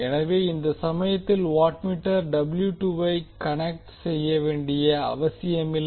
எனவே இந்த சமயத்தில் வாட்மீட்டர் W 2 வை கன்னெக்ட் செய்யவேண்டிய அவசியமில்லை